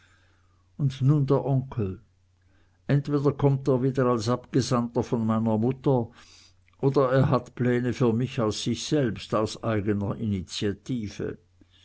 und nun der onkel entweder kommt er wieder als abgesandter von meiner mutter oder er hat pläne für mich aus sich selbst aus eigner initiative